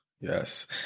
yes